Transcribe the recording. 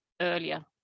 earlier